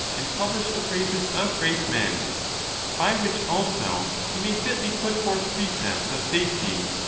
and publish the praises of great men by which also he may fitly put forth precepts of safety,